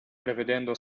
prevedendo